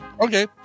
Okay